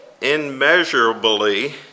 immeasurably